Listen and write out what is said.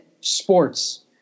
sports